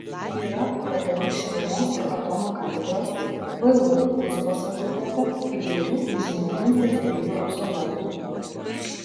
yra ktu šilumos ir atomo katedros vu fizikos fakulteto įvairių inžinerinių specialybių absolventų